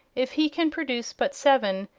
if he can produce but seven,